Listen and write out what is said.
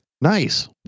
Nice